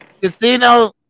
Casino